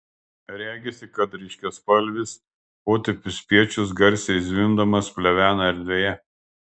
regisi kad ryškiaspalvis potėpių spiečius garsiai zvimbdamas plevena erdvėje